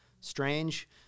strange